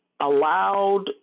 allowed